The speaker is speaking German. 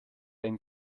einen